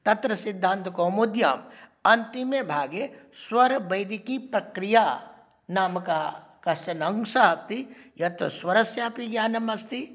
तत्र सिद्धान्तकौमुद्याम् अन्तिमे भागे स्वरवैदिकी प्रक्रिया नामकः कश्चन अंशः अस्ति यत् स्वरस्यापि ज्ञानमस्ति